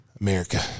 America